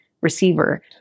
receiver